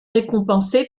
récompensé